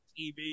TV